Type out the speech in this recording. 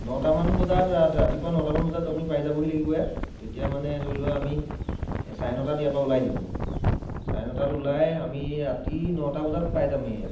নটা মান বজাত ৰাতিপুৱা নটামান বজাত ৰাতিপুৱা পাই যাবহি লাগিব আপুনি তেতিয়া মানে ধৰি লোৱা আমি চাৰে নটাত ইয়াৰপৰা ওলাই দিলোঁ চাৰে নটাত ওলাই আমি ৰাতি নটা বজাত পাই যামহি ইয়াত